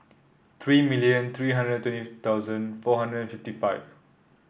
three million three hundred and twenty thousand four hundred and fifty five